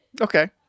Okay